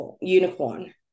unicorn